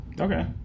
Okay